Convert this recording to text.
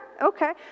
okay